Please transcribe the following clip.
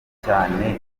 cyane